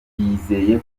yizeye